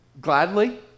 Gladly